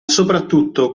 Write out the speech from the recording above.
soprattutto